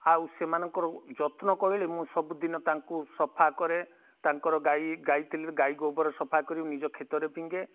ଆଉ ସେମାନଙ୍କର ଯତ୍ନ କହିଲେ ମୁଁ ସବୁଦିନ ତାଙ୍କୁ ସଫା କରେ ତାଙ୍କର ଗାଈ ଗାଈ ତେଲ ଗାଈ ଗୋବର ସଫା କରିିବି ନିଜ କ୍ଷେତରେ ଫିଙ୍ଗେ